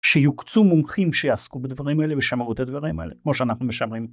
שיוקצו מומחים שיעסקו בדברים האלה וישמרו את הדברים האלה כמו שאנחנו משמרים.